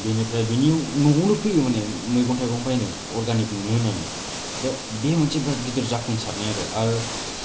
बिनिफ्राय बिनि न'आवनो फैयो माने मैगं थाइगं बायनो अर्गानिक मोनो होननानै ओमफ्राय बे मोनसे बिरात गिदिर जाफुंसारनाय आरो आरो